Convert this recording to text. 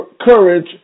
courage